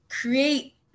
create